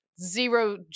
zero